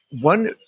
one